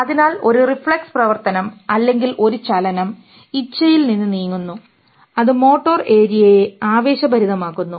അതിനാൽ ഒരു റിഫ്ലെക്സ് പ്രവർത്തനം അല്ലെങ്കിൽ ഒരു ചലനം ഇച്ഛയിൽ നിന്ന് നീങ്ങുന്നു അത് മോട്ടോർ ഏരിയയെ ആവേശഭരിതമാക്കുന്നു